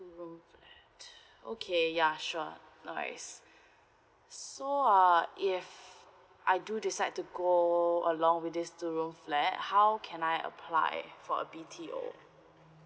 two rooms okay ya sure no worries so uh if I do decide to go along with these two room flat how can I apply for a B_T_O